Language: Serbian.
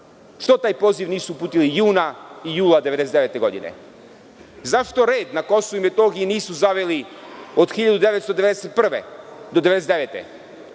Što taj poziv nisu uputili juna i jula 1999. godine? Zašto red na KiM nisu zaveli od 1991. godine